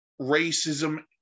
racism